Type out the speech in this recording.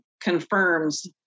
confirms